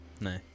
No